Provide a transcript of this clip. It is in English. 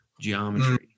geometry